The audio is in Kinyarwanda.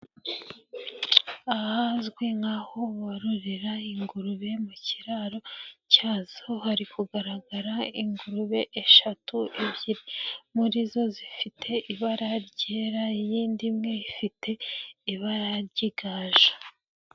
Ahazwi nkaho bororera ingurube mu kiraro cyazo. Hari kugaragara ingurube eshatu ebyiri muri zo zifite ibara ryera, iy'indi imwe ifite ibara ry'igaju.